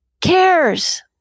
Cares